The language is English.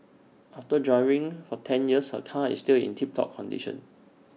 after driving for ten years her car is still in tip top condition